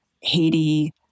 Haiti